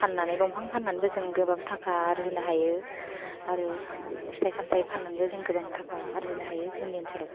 फान्नानै दंफां फान्नानैबो जों गोबां थाखा आरजिनो हायो आरो फिथाय सामथाय फान्नानैबो जों गोबां थाखा आरजिनो हायो जोंनि ओनसोलाव